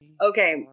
Okay